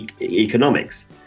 economics